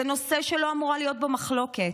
זה נושא שלא אמורה להיות בו מחלוקת,